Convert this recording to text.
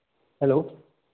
hello